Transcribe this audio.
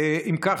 אם כך,